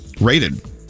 rated